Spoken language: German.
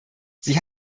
sie